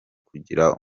kugira